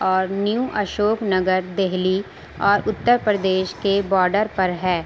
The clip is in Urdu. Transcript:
اور نیو اشوک نگر دہلی اور اتّر پردیش کے باڈر پر ہے